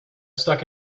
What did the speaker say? stuck